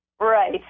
Right